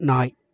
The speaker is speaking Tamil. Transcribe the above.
நாய்